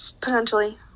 potentially